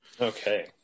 Okay